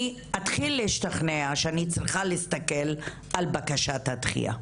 שאשתכנע שאני צריכה להסתכל על בקשת הדחייה.